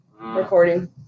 Recording